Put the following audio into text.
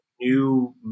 new